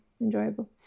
enjoyable